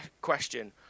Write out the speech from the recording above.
question